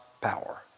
power